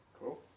Cool